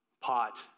pot